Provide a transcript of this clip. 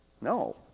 No